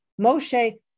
Moshe